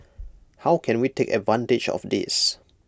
how can we take advantage of this